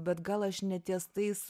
bet gal aš ne ties tais